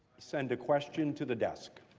send a question to the best